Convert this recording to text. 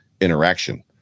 interaction